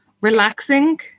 relaxing